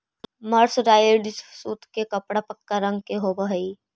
mercerised सूत के कपड़ा पक्का रंग के होवऽ हई